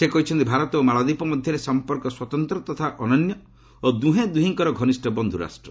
ସେ କହିଛନ୍ତି ଭାରତ ଓ ମାଳଦ୍ୱୀପ ମଧ୍ୟରେ ସମ୍ପର୍କ ସ୍ୱତନ୍ତ୍ର ତଥା ଅନନ୍ୟ ଓ ଦୁହେଁ ଦୁହିଁଙ୍କର ଘନିଷ୍ଠ ବନ୍ଧୁ ରାଷ୍ଟ୍ର